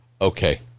okay